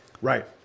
Right